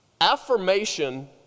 affirmation